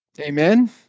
Amen